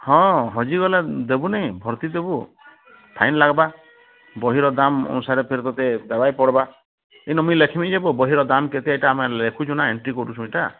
ହଁ ହଜିଗଲା ଦେବୁନି ରଖିଥିବୁ ଫାଇନ୍ ଲାଗିବା ବହିର ଦାମ ଅନୁସାରେ ତୋତେ ଦେବାକେ ପଡ଼ବା ଏଇନା ମୁଇଁ ଲେଖିବି ଯେ ବହିର ଦାମ କେତେ ସେଇଟ ଲେଖମି କେତେ ଏଇଟା ଆମେ ଲେଖୁଛୁ ନା ଏନ୍ଟ୍ରୀ କରୁଛୁ ନା